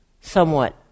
somewhat